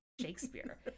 Shakespeare